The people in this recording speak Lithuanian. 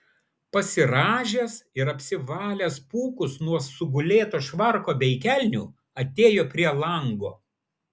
pasirąžęs ir apsivalęs pūkus nuo sugulėto švarko bei kelnių atėjo prie lango